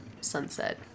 sunset